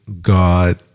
God